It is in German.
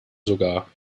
sogar